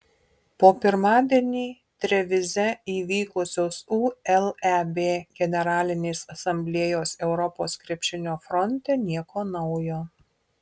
po pirmadienį trevize įvykusios uleb generalinės asamblėjos europos krepšinio fronte nieko naujo